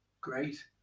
Great